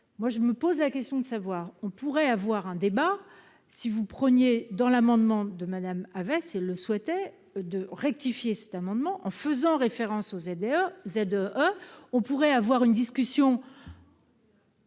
moi je me pose la question de savoir, on pourrait avoir un débat si vous preniez dans l'amendement de Madame avait c'est le souhaitait de rectifier cet amendement en faisant référence aux aider à Z E on pourrait avoir une discussion.